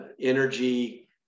energy